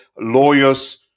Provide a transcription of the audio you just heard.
lawyers